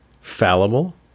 fallible